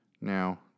Now